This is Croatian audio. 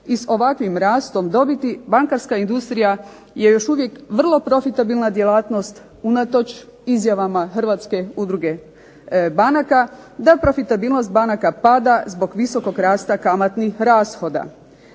I s ovakvim rastom dobiti bankarska industrija je još uvijek vrlo profitabilna djelatnost unatoč izjavama Hrvatske udruge banaka, da profitabilnost banaka pada zbog visokog rasta kamatnih rashoda.